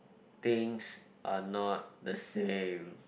things are not the same